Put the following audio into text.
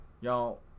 y'all